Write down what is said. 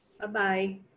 bye-bye